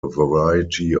variety